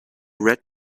red